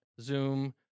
Zoom